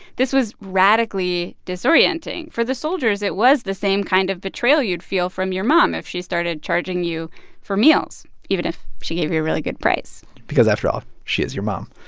this was radically disorienting. for the soldiers, it was the same kind of betrayal you'd feel from your mom if she started charging you for meals even if she gave you a really good price because after all, she is your mom.